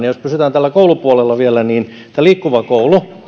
jos pysytään tällä koulupuolella vielä liikkuva koulu